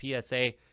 PSA